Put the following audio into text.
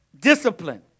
Discipline